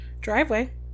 Driveway